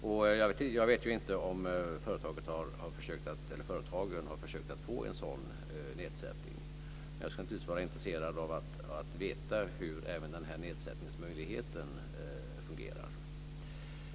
Jag vet ju inte om företagen har försökt att få en sådan nedsättning. Jag skulle naturligtvis vara intresserad av att veta hur även den här nedsättningsmöjligheten fungerar.